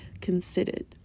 considered